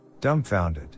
dumbfounded